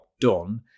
done